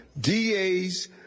DAs